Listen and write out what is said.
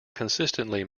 consistently